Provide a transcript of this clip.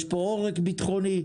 יש פה עורק ביטחוני,